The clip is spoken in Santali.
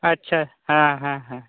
ᱟᱪᱪᱷᱟ ᱦᱮᱸ ᱦᱮᱸᱦᱮᱸ